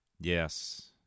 Yes